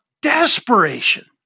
desperation